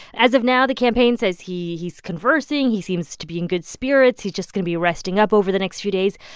as of now, the campaign says he's conversing. he seems to be in good spirits. he's just going to be resting up over the next few days.